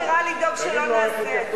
יקימו ועדת חקירה לדאוג שלא נעשה את זה.